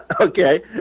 Okay